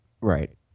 Right